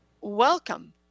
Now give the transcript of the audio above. Welcome